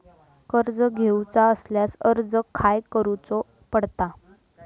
कर्ज घेऊचा असल्यास अर्ज खाय करूचो पडता?